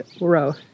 row